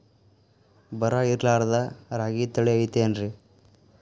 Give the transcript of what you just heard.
ಬರ ಇರಲಾರದ್ ರಾಗಿ ತಳಿ ಐತೇನ್ರಿ?